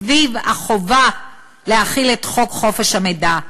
סביב החובה להחיל את חוק חופש המידע,